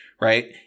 right